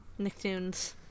Nicktoons